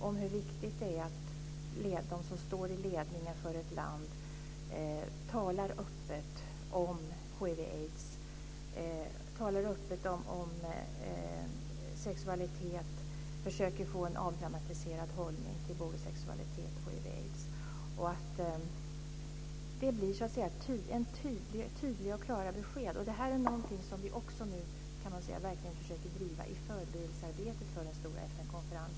Det är viktigt att de som står i ledningen för ett land talar öppet om hiv/aids och sexualitet och försöker få en avdramatiserad hållning till detta. Det måste bli tydliga och klara besked. Det är någonting som vi också nu verkligen försöker driva i förberedelsearbetet inför den stora FN-konferensen.